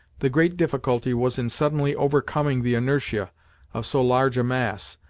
the great difficulty was in suddenly overcoming the inertia of so large a mass,